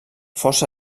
força